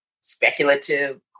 speculative